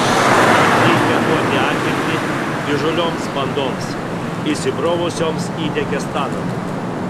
ar reikia duoti atkirtį įžūlioms bandoms įsibrovusioms į dagestaną